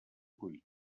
cuina